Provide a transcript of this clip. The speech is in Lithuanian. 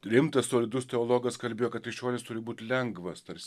rimtas solidus teologas kalbėjo kad krikščionis turi būti lengvas tarsi